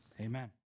amen